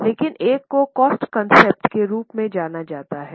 अगले एक को कॉस्ट कॉन्सेप्ट के रूप में जाना जाता है